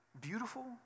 beautiful